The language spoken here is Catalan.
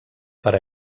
per